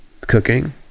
cooking